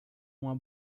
uma